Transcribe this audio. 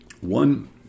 one